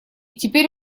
теперь